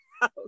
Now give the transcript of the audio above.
house